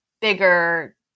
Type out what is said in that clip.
bigger